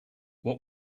what